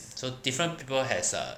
so different people has a